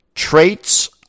traits